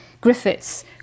Griffiths